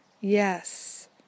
yes